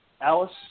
Alice